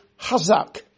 hazak